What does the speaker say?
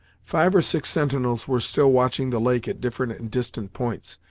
five or six sentinels were still watching the lake at different and distant points,